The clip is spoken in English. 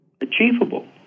achievable